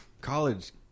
college